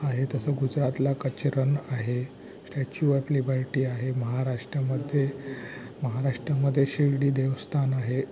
आहे तसं गुजरातला कच्छ रण आहे स्टॅचू ऑफ लिबर्टी आहे महाराष्टमध्ये महाराष्टमध्ये शिर्डी देवस्थान आहे